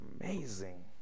amazing